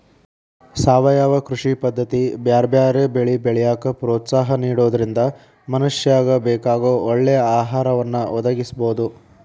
ಸಾವಯವ ಕೃಷಿ ಪದ್ದತಿ ಬ್ಯಾರ್ಬ್ಯಾರೇ ಬೆಳಿ ಬೆಳ್ಯಾಕ ಪ್ರೋತ್ಸಾಹ ನಿಡೋದ್ರಿಂದ ಮನಶ್ಯಾಗ ಬೇಕಾಗೋ ಒಳ್ಳೆ ಆಹಾರವನ್ನ ಒದಗಸಬೋದು